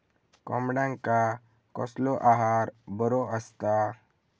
कोंबड्यांका कसलो आहार बरो असता?